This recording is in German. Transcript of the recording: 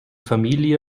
familie